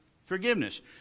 forgiveness